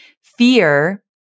Fear